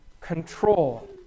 control